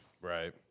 Right